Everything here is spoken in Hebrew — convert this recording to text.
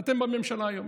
אתם בממשלה היום,